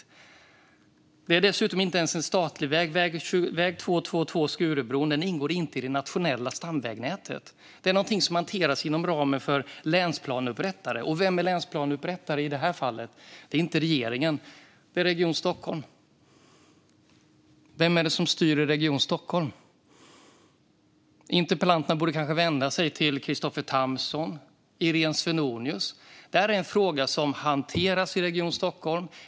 Dessutom är detta inte ens en statlig väg. Väg 222 med Skurubron ingår inte i det nationella stamvägnätet utan hanteras av länsplanupprättaren. Och vem är länsplanupprättare i det här fallet? Det är inte regeringen; det är Region Stockholm. Vem är det som styr i Region Stockholm? Interpellanterna borde kanske vända sig till Kristoffer Tamsons eller Iréne Svenonius. Detta är en fråga som hanteras i Region Stockholm.